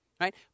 right